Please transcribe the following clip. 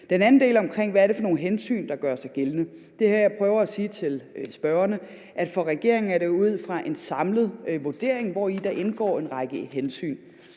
Den anden del handler om, hvad det er for nogle hensyn, der gør sig gældende, og det er her, jeg prøver at sige til spørgeren, at det for regeringen er ud fra en samlet vurdering, hvori der indgår en række hensyn.